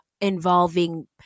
involving